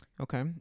Okay